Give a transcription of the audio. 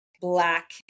black